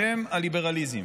בשם הליברליזם.